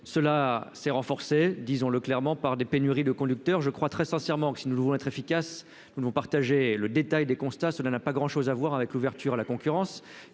cela s'est renforcée, disons-le clairement, par des pénuries de conducteurs je crois très sincèrement que si nous voulons être efficaces, nous devons partager le détail des constats, ça n'a, n'a pas grand chose à voir avec l'ouverture à la concurrence